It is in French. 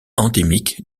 endémique